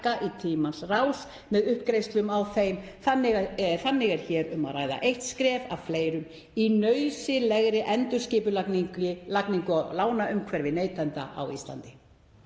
í tímans rás með uppgreiðslum á þeim. Þannig er hér um að ræða eitt skref af fleirum í nauðsynlegri endurskipulagningu á lánaumhverfi neytenda á Íslandi.